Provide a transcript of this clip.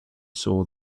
saw